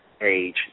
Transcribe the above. age